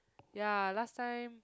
ya last time